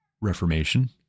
reformation